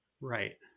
Right